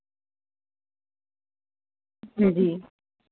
जी